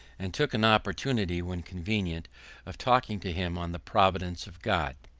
and took an opportunity when convenient of talking to him on the providence of god.